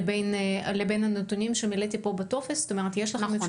לבין הנתונים שאדם ממלא בטופס?